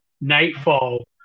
Nightfall